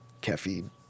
caffeine